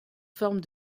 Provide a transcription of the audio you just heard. formes